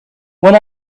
when